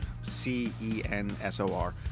C-E-N-S-O-R